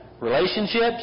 Relationships